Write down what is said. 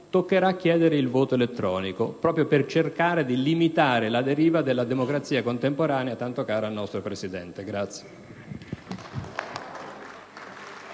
toccherà chiedere il voto elettronico per cercare di limitare la deriva della democrazia contemporanea, tanto cara al nostro Presidente.